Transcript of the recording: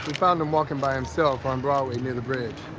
found him walking by himself on broadway near the bridge.